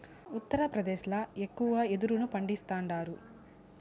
ఉత్తరప్రదేశ్ ల ఎక్కువగా యెదురును పండిస్తాండారు